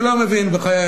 בחיי,